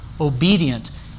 obedient